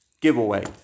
giveaway